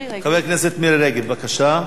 חברת הכנסת מירי רגב, בבקשה.